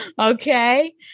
okay